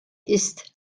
ist